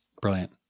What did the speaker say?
Brilliant